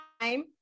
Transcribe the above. time